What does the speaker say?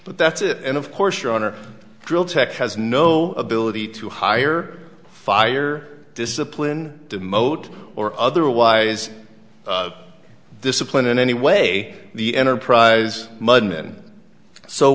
but that's it and of course your honor drill tech has no ability to hire fire discipline demote or otherwise discipline in any way the enterprise mud men so